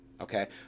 okay